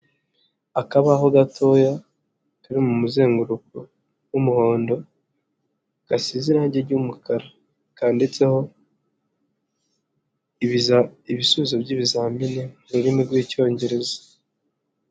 Akabaho gatoya kari mu muzenguruko w'umuhondo gasize irangi ry'umukara, kanditseho ibisubizo by'ibizamini mu rurimi rw'Icyongereza.